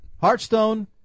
Hearthstone